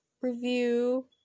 review